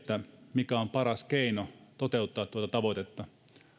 mikä on paras keino toteuttaa tuota tavoitetta